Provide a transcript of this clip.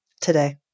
Today